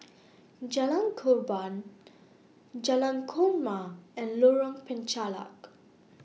Jalan Korban Jalan Korma and Lorong Penchalak